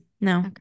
No